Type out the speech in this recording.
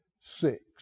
six